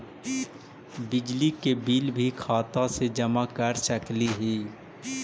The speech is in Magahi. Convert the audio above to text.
बिजली के बिल भी खाता से जमा कर सकली ही?